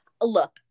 Look